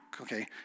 okay